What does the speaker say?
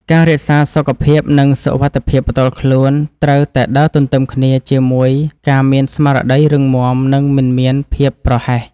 ការរក្សាសុខភាពនិងសុវត្ថិភាពផ្ទាល់ខ្លួនត្រូវតែដើរទន្ទឹមគ្នាជាមួយការមានស្មារតីរឹងមាំនិងមិនមានភាពប្រហែស។